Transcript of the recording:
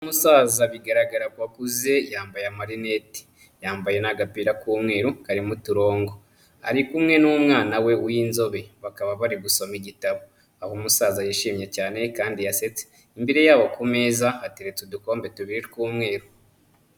Umusaza bigaragara ko akuze yambaye amarinete. Yambaye n'agapira k'umweru karimo uturongo. Ari kumwe n'umwana we w'inzobe, bakaba bari gusoma igitabo. Aho umusaza yishimye cyane kandi yasetse. Imbere yabo ku meza hateretse udukombe tubiri tw'umweru.